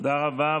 תודה רבה.